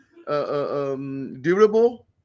Durable